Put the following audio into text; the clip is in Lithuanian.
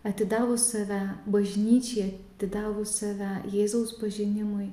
atidavus save bažnyčiai atidavus save jėzaus pažinimui